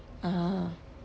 (uh huh)